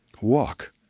walk